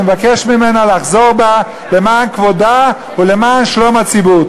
אני מבקש ממנה לחזור בה למען כבודה ולמען שלום הציבור.